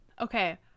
okay